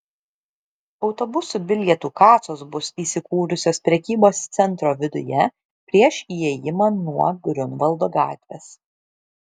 autobusų bilietų kasos bus įsikūrusios prekybos centro viduje prieš įėjimą nuo griunvaldo gatvės